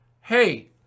Hey